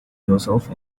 yourself